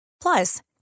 Plus